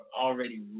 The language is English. already